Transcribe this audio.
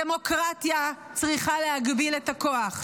דמוקרטיה צריכה להגביל את הכוח.